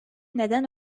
neden